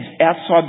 outside